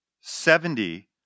Seventy